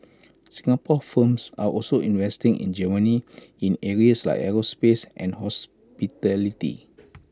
Singapore firms are also investing in Germany in areas like aerospace and hospitality